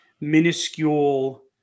minuscule